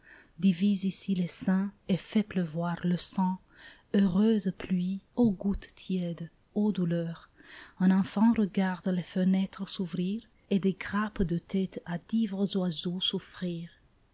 divise ici les saints et fait pleuvoir le sang heureuse pluie ô gouttes tièdes ô douleur un enfant regarde les fenêtres s'ouvrir et des grappes de têtes à d'ivres oiseaux s'offrir